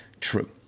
true